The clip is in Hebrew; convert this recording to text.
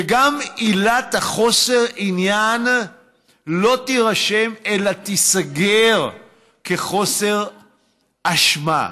וגם עילת חוסר העניין לא תירשם אלא תיסגר כחוסר אשמה.